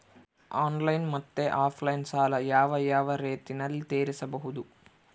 Online ಮತ್ತೆ offline ಸಾಲ ಯಾವ ಯಾವ ರೇತಿನಲ್ಲಿ ತೇರಿಸಬಹುದು?